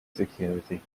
security